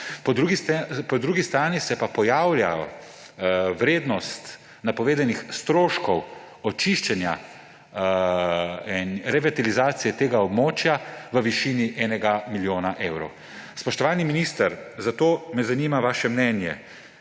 Po drugi strani se pa pojavlja vrednost napovedanih stroškov očiščenja, revitalizacije tega območja v višini 1 milijon evrov. Spoštovani minister, zato me zanima vaše mnenje: